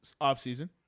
offseason